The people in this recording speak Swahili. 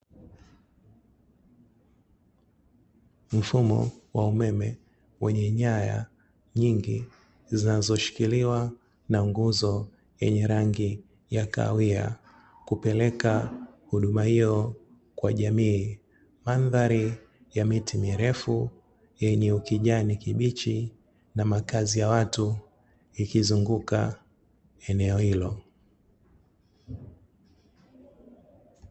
Mfumo wa umeme wenye nyaya nyingi zinazoshikiliwa na nguzo yenye rangi ya kahawia kupeleka huduma hiyo kwa jamii. Mandhari ya miti mirefu yenye ukijani kibichi na makazi ya watu ikizunguka eneo hilo.